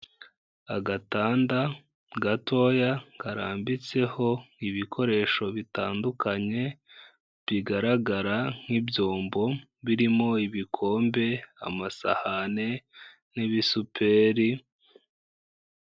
Agatanda gatoya karambitseho ibikoresho bitandukanye bigaragara nk' ibyombo birimo ibikombe amasahani n'ibisuperi….